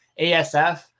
asf